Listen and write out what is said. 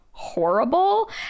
horrible